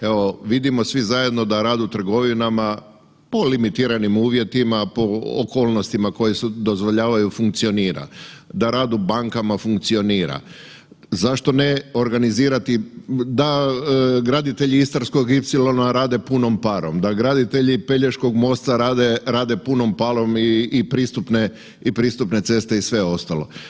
Evo vidimo svi zajedno da rad u trgovina po limitiranim uvjetima, po okolnostima koje se dozvoljavaju funkcionira, da rad u bankama funkcionira, zašto ne organizirati da graditelji Istarskog ipsilona rade punom parom, da graditelji Pelješkog mosta rade punom parom i pristupne ceste i sve ostalo.